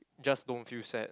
just don't feel sad